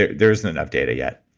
there isn't enough data yet.